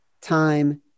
time